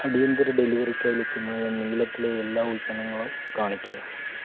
അടിയന്തര ഡെലിവറിക്കായി ലഭ്യമായ നീലത്തിലെ എല്ലാ ഉൽപ്പന്നങ്ങളും കാണിക്കുക